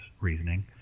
reasoning